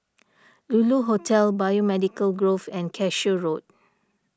Lulu Hotel Biomedical Grove and Cashew Road